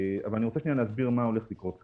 אבל אני רוצה להסביר מה הולך לקרות כאן.